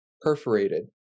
perforated